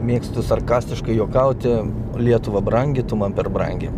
mėgstu sarkastiškai juokauti lietuva brangi tu man per brangi